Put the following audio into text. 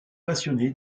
passionné